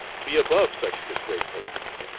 be above such disgraceful acts.